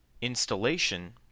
installation